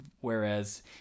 whereas